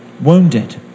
wounded